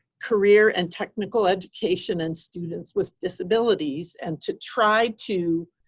career and technical education and students with disabilities and to try to.